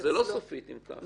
אז זה לא סופי אם כך.